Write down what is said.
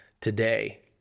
today